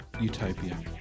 utopia